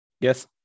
Yes